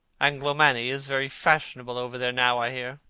anglomania is very fashionable over there now, i hear.